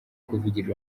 kuvugira